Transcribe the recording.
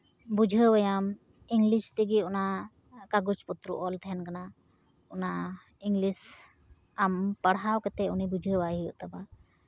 ᱵᱩᱡᱷᱟᱹᱣᱟᱭᱟᱢ English ᱛᱮᱜᱮ ᱚᱱᱟ ᱠᱟᱜᱚᱡᱽ ᱯᱚᱛᱨᱚ ᱚᱞ ᱛᱟᱦᱮᱱ ᱠᱟᱱᱟ ᱚᱱᱟ ᱤᱝᱞᱤᱥ ᱟᱢ ᱯᱟᱲᱦᱟᱣ ᱠᱟᱛᱮᱫ ᱩᱱᱤ ᱵᱩᱡᱷᱟᱹᱣᱟᱭ ᱦᱩᱭᱩᱜ ᱛᱟᱢᱟ